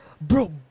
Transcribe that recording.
Bro